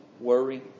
worry